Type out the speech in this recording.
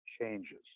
changes